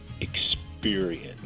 experience